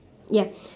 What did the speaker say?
ya